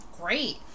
great